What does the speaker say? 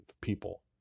people